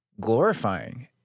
glorifying